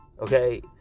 Okay